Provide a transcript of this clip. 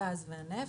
הגז והנפט.